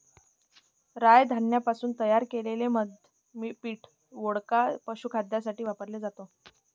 राय धान्यापासून तयार केलेले मद्य पीठ, वोडका, पशुखाद्यासाठी वापरले जाते